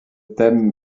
thème